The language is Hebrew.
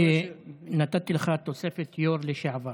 נתתי לך תוספת יו"ר לשעבר.